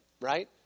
right